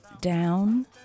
down